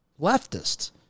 leftist